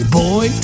boy